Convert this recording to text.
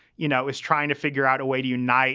you know, is trying to figure out a way to unite